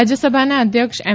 રાજયસભાના અધ્યક્ષ એમ